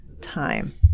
time